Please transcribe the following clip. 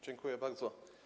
Dziękuję bardzo.